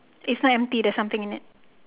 it's not empty there's something in it